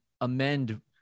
amend